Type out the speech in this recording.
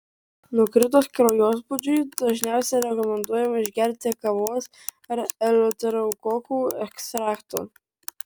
nukritus kraujospūdžiui dažniausiai rekomenduojama išgerti kavos ar eleuterokokų ekstrakto